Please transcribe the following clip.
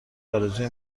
ارزوی